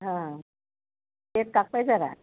हं केक कापायचा का